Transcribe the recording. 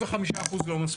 95% לא מספיקים.